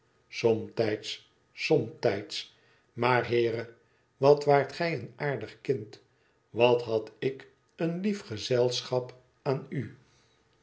somtijds somtijds maar heere wat waart gij een aardig kind wat had ik een lief gezelschap aan u